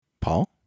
Paul